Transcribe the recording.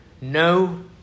no